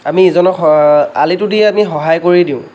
আমি ইজনক আলিটো দি আমি সহায় কৰি দিওঁ